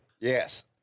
Yes